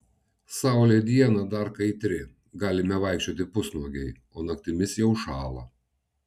saulė dieną dar kaitri galime vaikščioti pusnuogiai o naktimis jau šąla